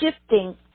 shifting